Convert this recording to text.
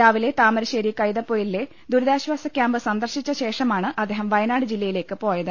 രാവിലെ താമരശേരി കൈതപ്പൊയിലിലെ ദുരിതാശ്ചാസ ക്യാമ്പ് സന്ദർശിച്ച ശേഷമാണ് അദ്ദേഹം വയനാട് ജില്ലയിലേക്ക് പോയത്